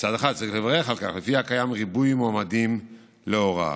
של ריבוי מועמדים להוראה,